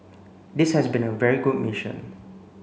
this has been a very good mission